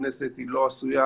הכנסת לא עשויה